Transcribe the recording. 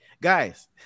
guys